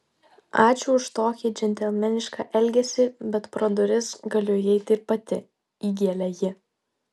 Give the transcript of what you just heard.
ačiū už tokį džentelmenišką elgesį bet pro duris galiu įeiti ir pati įgėlė ji